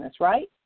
right